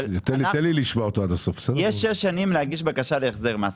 יש שש שנים להגיש בקשה להחזר מס,